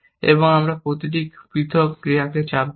এবং আমরা প্রতিটি পৃথক ক্রিয়াকে চাপ দেব